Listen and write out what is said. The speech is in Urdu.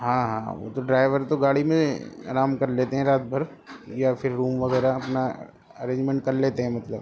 ہاں ہاں وہ تو ڈرائیور تو گاڑی میں آرام کر لیتے ہیں رات بھر یا پھر روم وغیرہ اپنا ارینجمنٹ کر لیتے ہیں مطلب